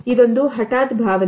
ಇದೊಂದು ಹಠಾತ್ ಭಾವನೆ